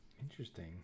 Interesting